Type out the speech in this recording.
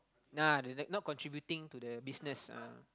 nah they not contributing to the business ah